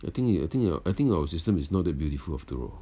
I think uh I think uh I think our system is not that beautiful after all